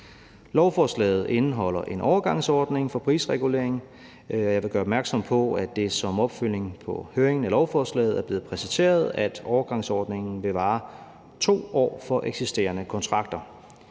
Lovforslaget indeholder en overgangsordning for prisreguleringen, og jeg vil gøre opmærksom på, at det som opfølgning på høringen af lovforslaget er blevet præciseret, at overgangsordningen vil vare 2 år for eksisterende kontrakter.